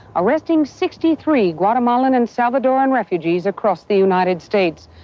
arresting sixty three guatemalan and salvadoran refugees across the united states,